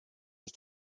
ist